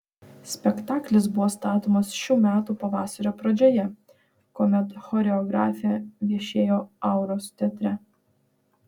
spektaklis buvo statomas šių metų pavasario pradžioje kuomet choreografė viešėjo auros teatre